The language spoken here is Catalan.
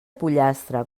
pollastre